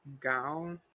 Gal